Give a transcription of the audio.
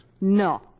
No